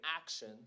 action